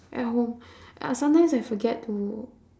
at home uh sometimes I forget to